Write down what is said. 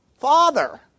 Father